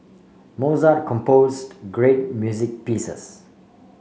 Mozart composed great music pieces